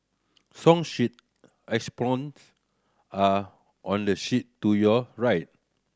song sheet xylophones are on the shelf to your right